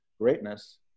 greatness